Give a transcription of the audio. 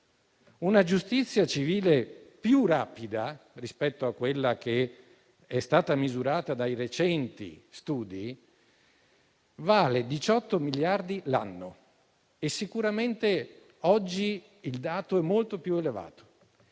Una giustizia civile più rapida, rispetto a quella che è stata misurata da studi recenti, vale 18 miliardi di euro l'anno e sicuramente oggi il dato è molto più elevato.